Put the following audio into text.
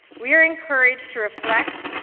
we are encouraged to reflect,